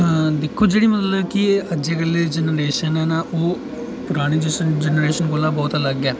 दिक्खो जेह्ड़ी मतलब कि अज्जै कल्लै दी जैनरेशन ऐ ना ओह् पराने जिस जैनरेशन कोला बहुत अलग ऐ